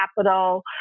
Capital